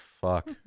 fuck